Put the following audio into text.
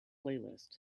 playlist